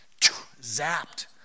zapped